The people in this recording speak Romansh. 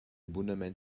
bunamein